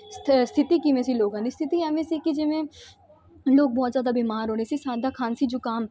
ਸਥ ਸਥਿਤੀ ਕਿਵੇਂ ਸੀ ਲੋਕਾਂ ਦੀ ਸਥਿਤੀ ਐਵੇਂ ਸੀ ਕਿ ਜਿਵੇਂ ਲੋਕ ਬਹੁਤ ਜ਼ਿਆਦਾ ਬਿਮਾਰ ਹੋ ਰਹੇ ਸੀ ਸਾਂਦਾ ਖਾਂਸੀ ਜੁਕਾਮ